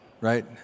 right